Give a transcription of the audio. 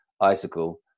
Icicle